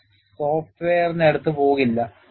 അവർ സോഫ്റ്റ്വെയറിനടുത്ത് പോകില്ല